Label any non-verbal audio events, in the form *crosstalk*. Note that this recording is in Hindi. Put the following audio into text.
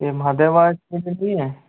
ये महादेव आर्ट्स *unintelligible* नहीं है